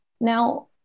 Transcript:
Now